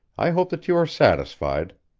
i hope that you are satisfied.